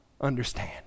understand